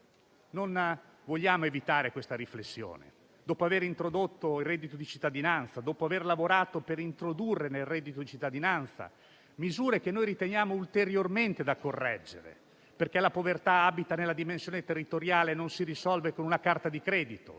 Non vogliamo evitare questa riflessione, dopo aver introdotto il reddito di cittadinanza, dopo aver lavorato per introdurre nel reddito di cittadinanza misure che noi riteniamo ulteriormente da correggere, perché la povertà abita nella dimensione territoriale e non si risolve con una carta di credito,